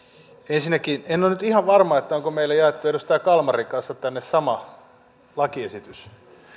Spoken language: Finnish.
ensinnäkin en ole nyt ihan varma onko meille jaettu edustaja kalmarin kanssa tänne sama lakiesitys